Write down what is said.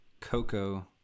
Coco